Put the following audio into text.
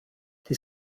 die